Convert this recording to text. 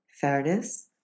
fairness